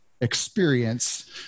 experience